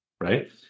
right